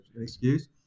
excuse